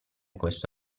questo